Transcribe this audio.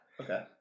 Okay